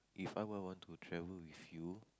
If I were want to travel with you